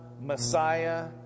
Messiah